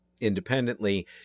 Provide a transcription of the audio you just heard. independently